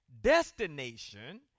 destination